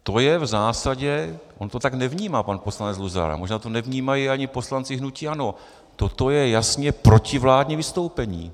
To je v zásadě on to tak nevnímá pan poslanec Luzar, možná to nevnímají ani poslanci hnutí ANO toto je jasně protivládní vystoupení.